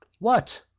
what?